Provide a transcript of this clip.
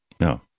No